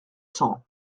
cents